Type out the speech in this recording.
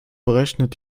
berechnet